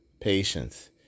patience